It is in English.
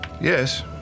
yes